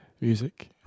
music